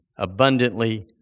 abundantly